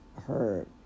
hurt